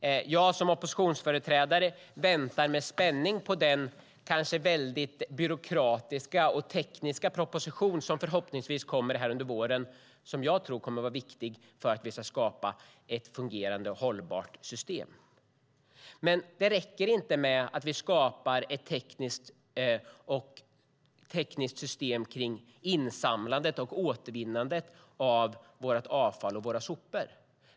Jag som oppositionsföreträdare väntar med spänning på den kanske väldigt byråkratiska och tekniska proposition som förhoppningsvis kommer under våren och som jag tror kommer att vara viktig för att vi ska skapa ett fungerande, hållbart system. Men det räcker inte med att vi skapar ett tekniskt system kring insamlandet och återvinnandet av vårt avfall och våra sopor.